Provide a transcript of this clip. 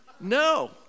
No